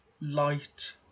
light